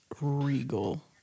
regal